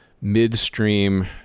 midstream